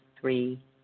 three